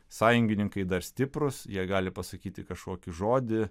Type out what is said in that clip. sąjungininkai dar stiprūs jie gali pasakyti kažkokį žodį